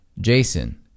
Jason